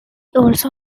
also